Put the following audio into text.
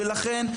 לכן,